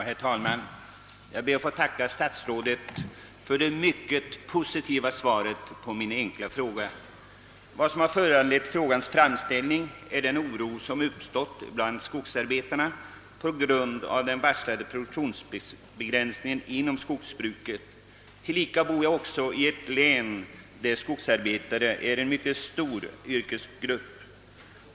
Herr talman! Jag ber att få tacka statsrådet för det mycket positiva svaret på min fråga. Vad som föranledde mig att framställa den var den oro som har uppstått bland skogsarbetarna på grund av den varslade produktionsbegränsningen inom skogsbruket. Jag bor i ett län där skogsarbetarna utgör en mycket stor yrkesgrupp.